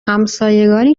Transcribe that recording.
همسایگانی